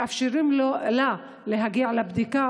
מאפשרים לה להגיע לבדיקה.